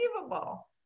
unbelievable